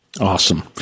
awesome